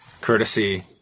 courtesy